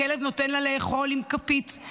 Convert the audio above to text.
הכלב נותן לה לאכול עם כפית.